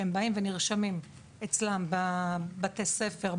שהם באים ונרשמים אצלם בבתי הספר,